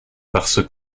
parce